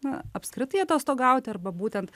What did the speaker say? na apskritai atostogauti arba būtent